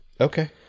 Okay